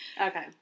Okay